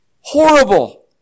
Horrible